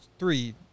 three